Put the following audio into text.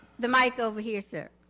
the mic over here, sir.